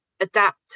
adapt